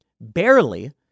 barely